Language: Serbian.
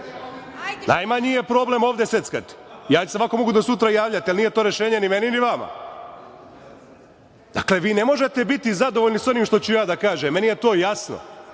Najmanji je problem ovde seckati. Ja se mogu ovako do sutra javljati, ali nije to rešenje ni meni, ni vama. Dakle, vi ne možete biti zadovoljni sa onim što ću ja da kažem i meni je to jasno.